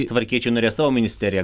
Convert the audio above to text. tvarkiečiai norės savo ministeriją